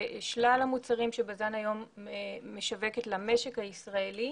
שלל המוצרים שבז"ן היום משווקת למשק הישראלי,